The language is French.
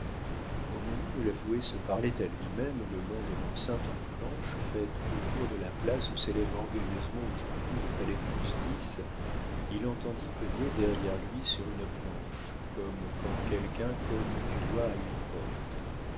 au moment où l'avoué se parlait à lui-même le long de l'enceinte en planches faite autour de la place où s'élève orgueilleusement aujourd'hui le palais-de-justice il entendit cogner derrière lui sur une planche comme quand quelqu'un cogne du doigt à une porte